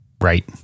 Right